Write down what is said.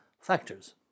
factors